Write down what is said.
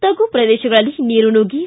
ತಗ್ಗು ಪ್ರದೇಶಗಳಲ್ಲಿ ನೀರು ನುಗ್ಗಿ